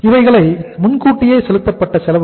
இவைகள் முன்கூட்டியே செலுத்தப்பட்ட செலவுகள்